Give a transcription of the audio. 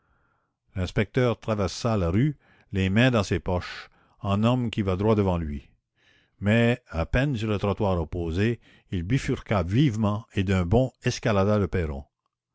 l'inspecteur traversa la rue les mains dans ses poches en homme qui va droit devant lui mais à peine sur le trottoir opposé il bifurqua vivement et d'un bond escalada le perron